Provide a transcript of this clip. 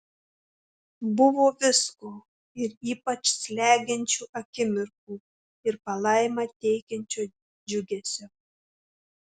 buvo visko ir ypač slegiančių akimirkų ir palaimą teikiančio džiugesio